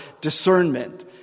discernment